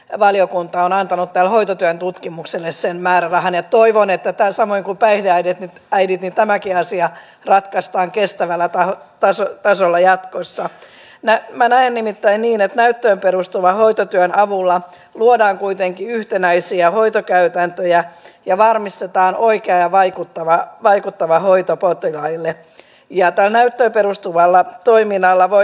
valiokunta on antanut tälle hoitotyön tutkimukselle sen määrä vähenee toivon että tähän samoin suomi ei näiden äidit ja tämäkin asia sinänsä tarvitse maistereita tai tohtoreita näiden titteleiden itsensä vuoksi olemaan työttöminä vaan suomi tarvitsee hyviä ideoita ja sellaisia ihmisiä jotka ovat valmiita viemään niitä eteenpäin